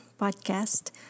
podcast